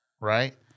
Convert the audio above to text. Right